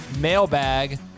mailbag